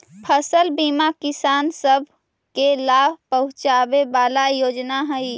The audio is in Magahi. फसल बीमा किसान सब के लाभ पहुंचाबे वाला योजना हई